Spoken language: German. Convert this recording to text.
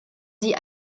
sie